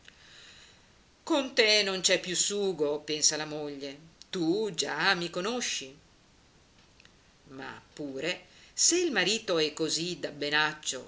con te non c'è più sugo pensa la moglie tu già mi conosci ma pure se il marito è così dabbenaccio